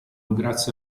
grazie